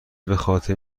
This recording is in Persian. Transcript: بخاطر